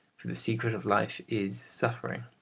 for the secret of life is suffering.